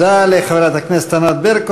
תודה לחברת הכנסת ענת ברקו.